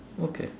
okay